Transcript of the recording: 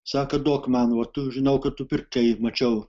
sako duok man va tu žinau kad tu pirkai mačiau